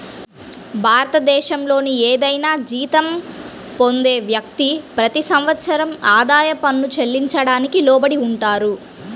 భారతదేశంలోని ఏదైనా జీతం పొందే వ్యక్తి, ప్రతి సంవత్సరం ఆదాయ పన్ను చెల్లించడానికి లోబడి ఉంటారు